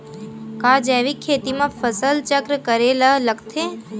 का जैविक खेती म फसल चक्र करे ल लगथे?